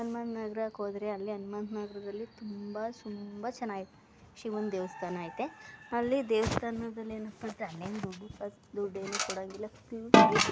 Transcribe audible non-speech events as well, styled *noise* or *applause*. ಹನ್ಮಂತ್ ನಗರಕ್ಕೋದ್ರೆ ಅಲ್ಲಿ ಹನ್ಮಂತ್ ನಗರದಲ್ಲಿ ತುಂಬ ತುಂಬ ಚನಾಗಿದೆ ಶಿವನ ದೇವಸ್ಥಾನ ಇದೆ ಅಲ್ಲಿ ದೇವಸ್ಥಾನದಲ್ಲಿ ಏನಪ್ಪ ಅಂದರೆ ಅಲ್ಲೇನು ದುಡ್ಡು ಕಾಸು ದುಡ್ಡು ಏನು ಕೊಡೋಂಗಿಲ್ಲ ಫ್ರೀ *unintelligible*